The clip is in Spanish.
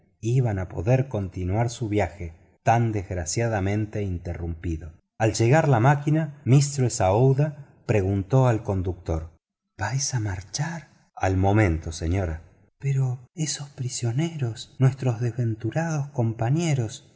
iban a poder continuar su viaje tan desgraciadamente interrumpido al llegar la máquina mistress aouida preguntó al conductor vais a marchar al momento señora pero esos prisioneros nuestros desventurados compañeros